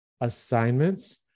assignments